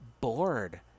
bored